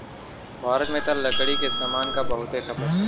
भारत में त लकड़ी के सामान क बहुते खपत हौ